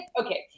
okay